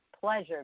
pleasure